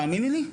תאמיני לי,